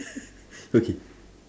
okay